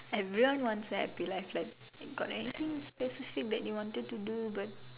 everyone wants a happy life like got anything specific that you wanted to do but